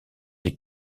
les